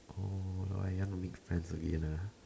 oh why you want to make friends again ah